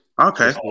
Okay